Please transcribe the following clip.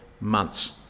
months